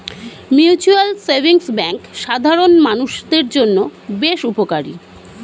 mutual savings bank সাধারণ মানুষদের জন্য বেশ উপকারী